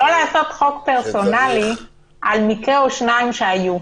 לא לעשות חוק פרסונלי על מקרה או שניים שהיו.